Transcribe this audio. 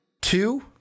two